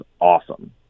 awesome